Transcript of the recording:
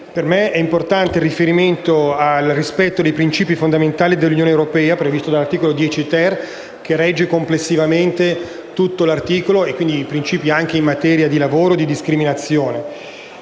parere, è importante il riferimento al rispetto dei principi fondamentali dell'Unione europea previsto dal comma 10-*ter,* che regge complessivamente l'intero articolo e, quindi, anche i principi in materia di lavoro e discriminazione.